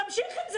תמשיך עם זה.